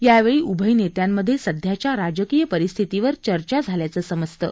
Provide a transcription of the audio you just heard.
यावेळी उभय नेत्यांमध्ये सध्याच्या राजकीय परिस्थितीवर चर्चा झाल्याचं समजतं